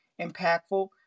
impactful